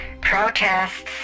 Protests